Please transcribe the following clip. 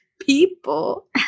people